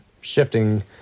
shifting